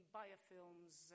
biofilms